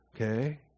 okay